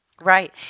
Right